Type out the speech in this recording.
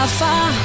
far